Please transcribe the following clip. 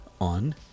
on